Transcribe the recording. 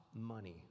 money